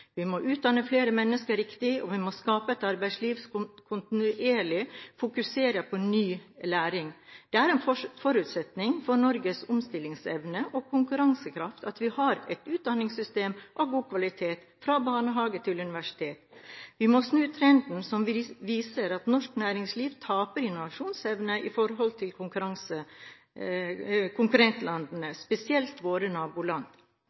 Vi må utdanne flere mennesker riktig, og vi må skape et arbeidsliv som kontinuerlig fokuserer på ny læring. Det er en forutsetning for Norges omstillingsevne og konkurransekraft at vi har et utdanningssystem av god kvalitet fra barnehage til universitet. Vi må snu trenden som viser at norsk næringsliv taper innovasjonsevne i forhold til konkurrentlandene, spesielt våre naboland.